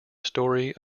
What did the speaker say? story